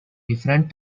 different